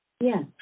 Yes